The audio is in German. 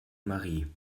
marie